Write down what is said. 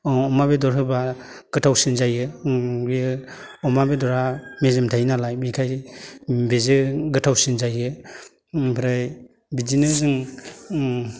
अमा बेदर होबा गोथावसिन जायो बे अमा बेदरा मेजेम थायो नालाय बेनिथाखाय बेजों गोथावसिन जायो ओमफ्राय बिदिनो जों